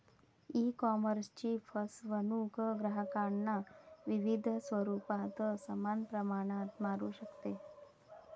ईकॉमर्सची फसवणूक ग्राहकांना विविध स्वरूपात समान प्रमाणात मारू शकते